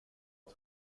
att